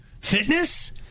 Fitness